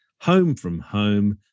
home-from-home